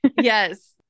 yes